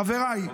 חבריי,